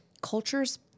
Culture's